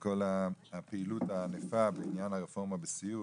כל הפעילות הענפה בעניין הרפורמה בסיעוד,